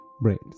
brains